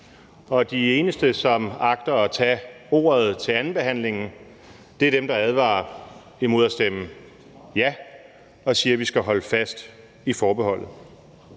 og de eneste, som agter at tage ordet til andenbehandlingen, er dem, der advarer imod at stemme ja, og siger, at vi skal holde fast i forbeholdet.